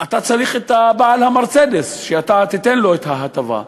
אתה צריך את בעל ה"מרצדס" כדי לתת לו את ההטבה.